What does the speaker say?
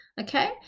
okay